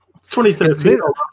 2013